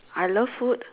I love food